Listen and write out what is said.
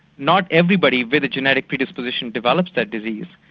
not everybody with a genetic predisposition develops that disease,